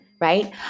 Right